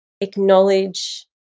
acknowledge